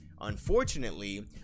unfortunately